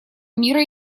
мира